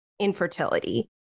infertility